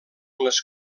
les